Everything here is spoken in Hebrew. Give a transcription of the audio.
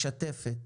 משתפת,